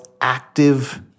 active